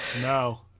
no